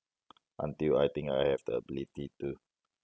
until I think I have the ability to